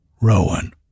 Rowan